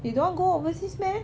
you don't go overseas meh